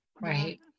right